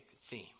theme